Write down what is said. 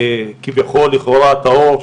כביכול טהור,